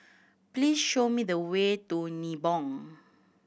please show me the way to Nibong